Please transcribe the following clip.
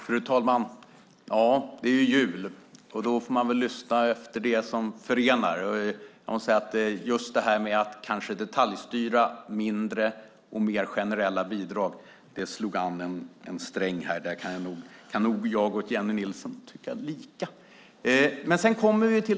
Fru talman! Det är ju jul, så man får väl lyssna efter det som förenar. Att detaljstyra mindre och ge mer generella bidrag slog an en sträng. Där kan nog jag och Jennie Nilsson tycka lika.